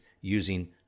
using